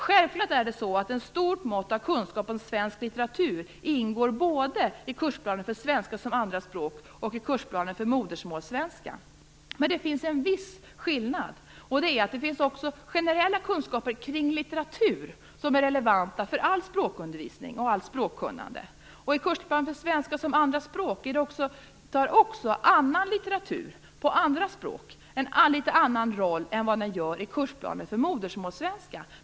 Självfallet ingår ett stort mått av kunskap om svensk litteratur både i kursplanen för svenska som andra språk och i kursplanen för modersmålssvenska. Men det finns en viss skillnad. Det finns nämligen också generella kunskaper om litteratur som är relevanta för all språkundervisning och allt språkkunnande. I kursplanen för svenska som andra språk har också annan litteratur på andra språk en litet annorlunda roll än den har i kursplanen för modersmålssvenska.